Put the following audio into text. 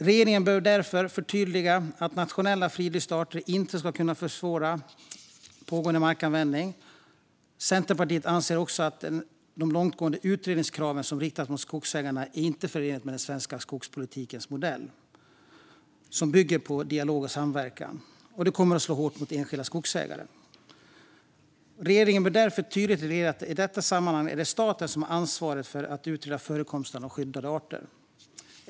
Regeringen bör därför förtydliga att nationellt fridlysta arter inte ska kunna avsevärt försvåra pågående markanvändning. Centerpartiet anser också att de långtgående utredningskrav som riktas mot skogsägare inte är förenliga med den svenska skogspolitiska modellen, som bygger på dialog och samverkan, och kommer att slå hårt mot enskilda skogsägare. Regeringen bör därför tydligt reglera att det i detta sammanhang är staten som har ansvaret för att utreda förekomsten av skyddade arter.